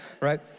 right